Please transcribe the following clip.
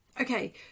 okay